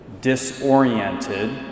disoriented